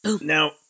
Now